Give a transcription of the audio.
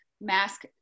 mask